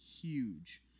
huge